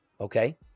Okay